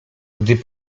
gdy